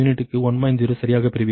0 சரியாகப் பெறுவீர்கள்